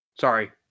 sorry